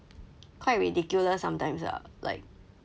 quite ridiculous sometimes lah like